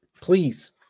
please